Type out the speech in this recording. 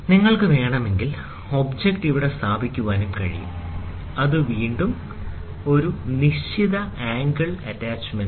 നിങ്ങൾക്ക് വേണമെങ്കിൽ ഒബ്ജക്റ്റ് ഇവിടെ സ്ഥാപിക്കാനും കഴിയും അത് വീണ്ടും ഒരു നിശിത ആംഗിൾ അറ്റാച്ചുമെന്റാണ്